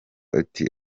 ati